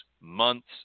months